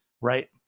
right